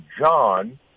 John